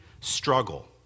struggle